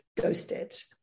ghosted